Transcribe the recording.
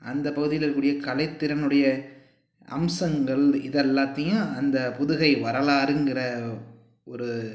அந்த பகுதியில் இருக்கக்கூடிய கலைத்திறனுடைய அம்சங்கள் இதை எல்லாத்தையும் அந்த புதுகை வரலாறுங்கிற ஒரு